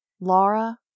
Laura